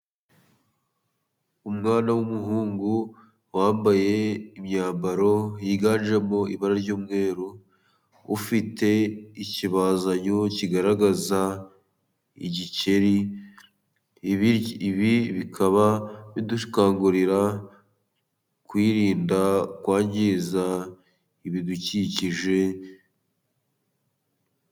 Umwana w'umuhungu wambaye imyambaro yiganjemo ibara ry'umweru, ufite ikibazanyo kigaragaza igikeri. Ibi bikaba bidukangurira kwirinda kwangiza ibidukikije.